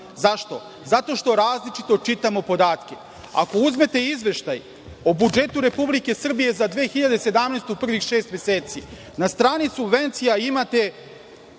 Zašto? Zato što različito čitamo podatke. Ako uzmete izveštaj o budžetu Republike Srbije za 2017. godinu, prvih šest meseci, na strani subvencija imate